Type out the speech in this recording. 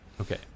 Okay